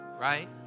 Right